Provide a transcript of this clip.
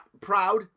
proud